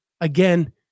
Again